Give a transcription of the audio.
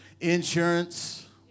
insurance